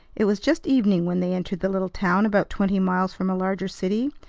it was just evening when they entered the little town about twenty miles from a larger city,